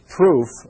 proof